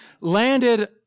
landed